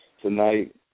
tonight